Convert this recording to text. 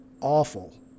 awful